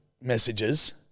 messages